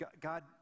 God